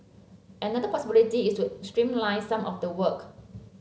another possibility is to streamline some of the work